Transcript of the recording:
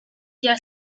their